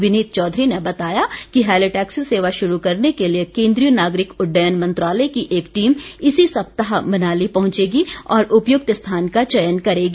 विनीत चौधरी ने बताया कि हैलीटैक्सी सेवा शुरू करने के लिए केन्द्रीय नागरिक उड्डयन मंत्रालय की एक टीम इसी सप्ताह मनाली पहुंचेगी और उपयुक्त स्थान का चयन करेगी